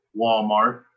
Walmart